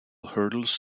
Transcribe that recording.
hurdles